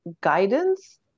guidance